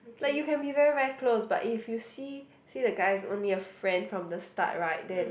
but you can be very very close but if you see see the guy only a friend from the start right then